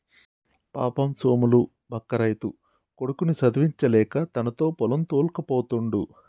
పాపం సోములు బక్క రైతు కొడుకుని చదివించలేక తనతో పొలం తోల్కపోతుండు